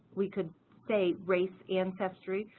we could say race ancestry,